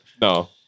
No